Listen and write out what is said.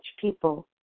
people